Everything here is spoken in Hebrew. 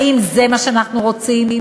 האם זה מה שאנחנו רוצים?